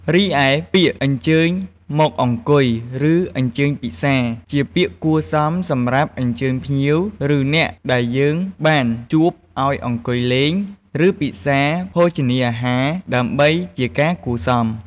រីឯពាក្យ អញ្ជើញមកអង្គុយ ឬអញ្ជើញពិសា ជាពាក្យគួរសមសម្រាប់អញ្ជើញភ្ញៀវ ឬអ្នកដែលយើងបានជួបឱ្យអង្គុយលេង ឬពិសាភោជនីអហាររដើម្បីជាការគួរសម។